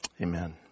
Amen